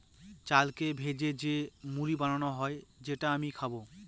চালকে ভেজে যে মুড়ি বানানো হয় যেটা আমি খাবো